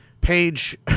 page